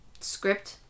script